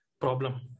problem